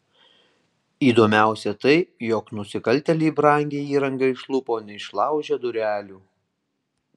įdomiausia tai jog nusikaltėliai brangią įrangą išlupo neišlaužę durelių